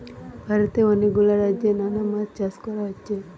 ভারতে অনেক গুলা রাজ্যে নানা মাছ চাষ কোরা হচ্ছে